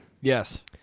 Yes